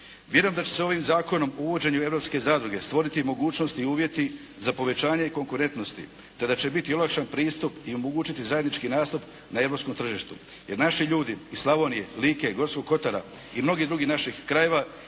Vjerujem da će se ovim Zakonom o uvođenju europske zadruge stvoriti i mogućnost i uvjeti za povećanje i konkurentnosti te da će biti olakšani pristup i omogućiti zajednički nastup na europskom tržištu. Jer naši ljudi iz Slavonije, Like i Gorskog Kotara i mnogih drugih naših krajeva